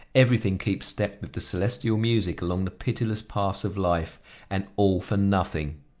everything keeps step with the celestial music along the pitiless paths of life and all for nothing!